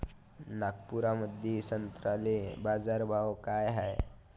नागपुरामंदी संत्र्याले बाजारभाव काय हाय?